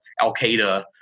al-Qaeda